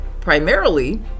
primarily